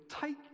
take